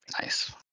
Nice